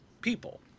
people